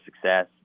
success